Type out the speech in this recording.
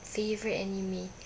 favourite anime